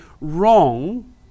wrong